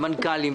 מנכ"לים,